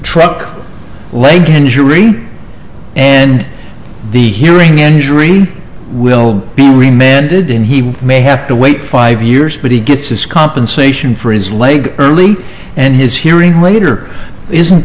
truck leg injury and the hearing injury will be remained in he may have to wait five years but he gets his compensation for his leg early and his hearing later isn't